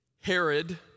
Herod